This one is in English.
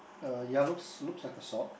uh ya looks looks like a sock